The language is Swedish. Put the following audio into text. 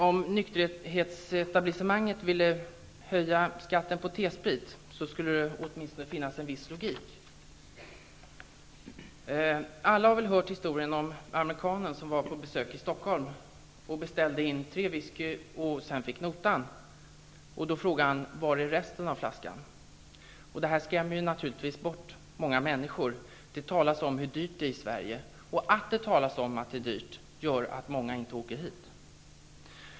Om nykterhetsetablissemanget hade velat höja skatten på T-sprit, skulle det åtminstone ha funnits en viss logik. Alla har väl hört historien om amerikanen som var på besök i Stockholm och som beställde in tre whisky. När han sedan fick notan frågade han: Var är resten av flaskan? Det här förhållandet skrämmer naturligtvis bort många människor. Det talas om hur dyrt det är i Sverige, och att det talas om att det är dyrt i Sverige gör att många människor inte åker hit.